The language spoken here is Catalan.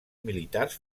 militars